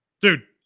Dude